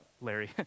Larry